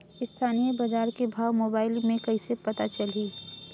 स्थानीय बजार के भाव मोबाइल मे कइसे पता चलही?